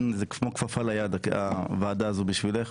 זאת כמו כפפה ליד הוועדה הזו בשבילך.